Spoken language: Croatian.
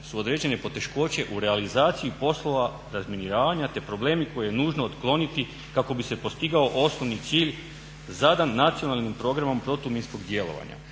su određene poteškoće u realizaciji poslova razminiravanja te problemi koje je nužno otkloniti kako bi se postigao osnovni cilj zadan Nacionalnim programom protuminskog djelovanja.